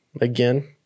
Again